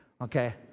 okay